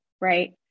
right